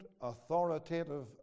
authoritative